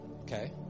Okay